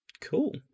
Cool